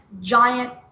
giant